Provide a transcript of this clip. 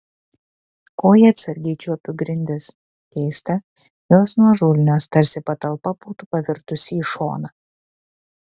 koja atsargiai čiuopiu grindis keista jos nuožulnios tarsi patalpa būtų pavirtusi į šoną